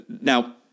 Now